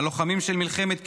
הלוחמים של מלחמת קיומנו,